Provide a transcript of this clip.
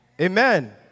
Amen